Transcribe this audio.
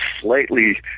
slightly